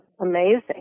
amazing